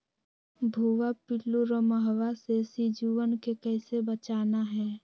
भुवा पिल्लु, रोमहवा से सिजुवन के कैसे बचाना है?